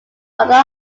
mother